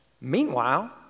Meanwhile